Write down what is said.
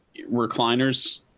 recliners